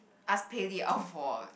ask Pei-Li out for